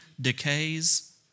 decays